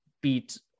beat